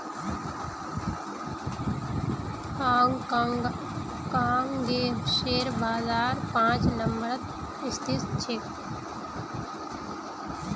हांग कांगेर शेयर बाजार पांच नम्बरत स्थित छेक